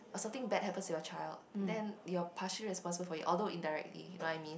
or something bad happens to your child then you're partially responsible for it although indirectly you know what I mean